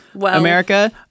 America